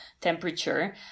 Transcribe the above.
temperature